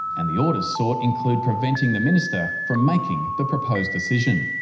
and the orders sought include preventing the minister from making the proposed decision.